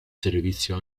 servizio